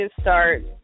start